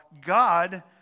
God